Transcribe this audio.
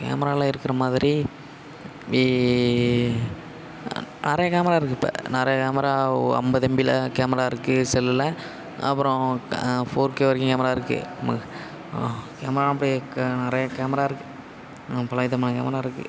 கேமராவில் இருக்கிற மாதிரி நிறையா கேமரா இருக்குது இப்போ நிறைய கேமரா ஐம்பது எம்பில கேமரா இருக்குது செல்லில் அப்புறம் ஃபோர்கே வரைக்கும் கேமரா இருக்குது ம கேமரா க நிறையா கேமரா இருக்குது இப்போலாம் இதுமாதிரி கேமரா இருக்குது